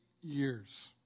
years